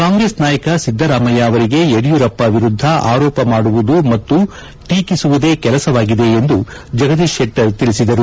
ಕಾಂಗ್ಲೆಸ್ ನಾಯಕ ಸಿದ್ದರಾಮಯ್ಯ ಅವರಿಗೆ ಯಡಿಯೂರಪ್ಪ ಎರುದ್ದ ಆರೋಪ ಮಾಡುವುದು ಮತ್ತು ಟೀಟಿಸುವುದೇ ಕೆಲಸವಾಗಿದೆ ಎಂದು ಜಗದೀಶ್ ಶೆಟ್ಟರ್ ತಿಳಿಸಿದರು